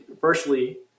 firstly